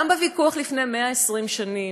גם בוויכוח לפני 120 שנים,